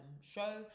show